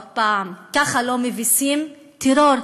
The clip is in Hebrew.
עוד פעם, ככה לא מביסים טרור,